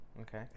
Okay